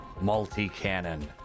Multi-cannon